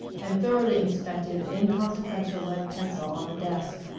and thoroughly inspected an inconsequential lead pencil on the desk.